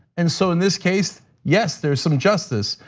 and so in this case, yes, there's some justice.